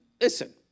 listen